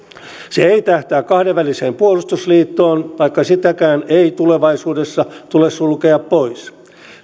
se ei tähtää kahdenväliseen puolustusliittoon vaikka sitäkään ei tulevaisuudessa tule sulkea pois